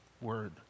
word